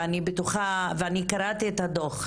ואני קראתי את הדוח.